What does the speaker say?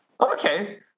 Okay